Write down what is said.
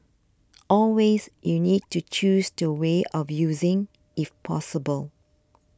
always you need to choose the way of using if possible